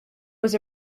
was